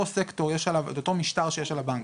אותו סקטור יש עליו את אותו משטר שיש על הבנקים.